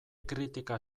kritika